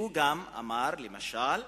שהוא גם אמר, למשל: